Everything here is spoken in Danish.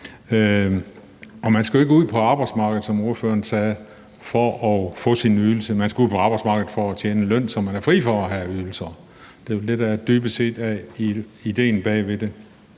man skal jo ikke ud på arbejdsmarkedet, som ordføreren sagde, for at få sin ydelse; man skal ud på arbejdsmarkedet for at tjene en løn, så man er fri for at have ydelser. Det er vel dybest set det, der er idéen bag ved det.